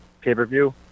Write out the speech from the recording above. pay-per-view